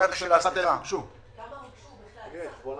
כמה הוגשו בסך הכול?